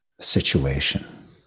situation